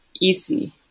easy